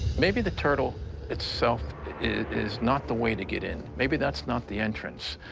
maybe the turtle itself is not the way to get in. maybe that's not the entrance.